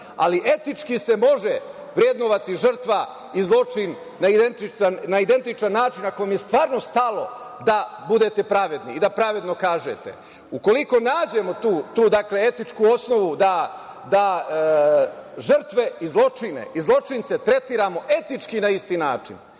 ali etički se može vrednovati žrtva i zločin na identičan način ako vam je stvarno stalo da budete pravedni i da pravedno kažete. Ukoliko nađemo tu etičku osnovu da žrtve i zločince tretiramo etički na isti način,